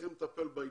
שצריכים לטפל בעניין.